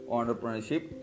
Entrepreneurship